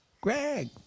Greg